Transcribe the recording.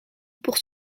pour